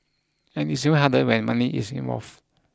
and it's even harder when money is involved